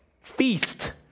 Feast